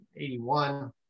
81